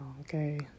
okay